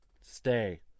stay